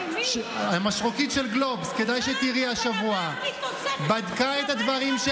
מי שם לי ארבעה פסים אדומים?